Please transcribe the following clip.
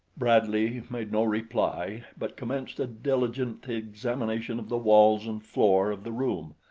bradley made no reply but commenced a diligent examination of the walls and floor of the room,